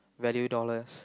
value dollars